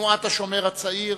לתנועת "השומר הצעיר",